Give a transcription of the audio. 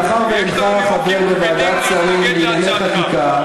מאחר שאינך חבר בוועדת שרים לענייני חקיקה,